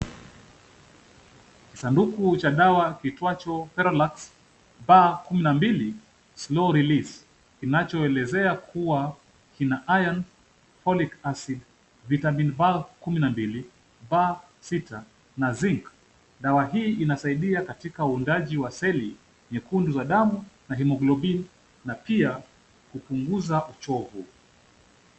Kisanduku cha dawa kiitwacho Ferolax B12 slow release kinachoelezea kuwa kina iron, follic acid vitamin B12,B6 na zinc . Dawa hii inasaidia katika uundaji wa seli nyekundu za damu na hemoglobini na pia kupunguza uchovu.